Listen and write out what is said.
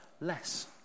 less